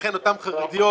לכן אותן חרדיות,